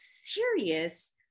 serious